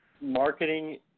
marketing